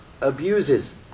abuses